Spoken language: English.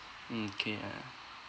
mm K ah